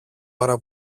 ώρα